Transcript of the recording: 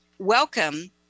Welcome